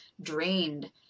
drained